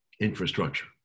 infrastructure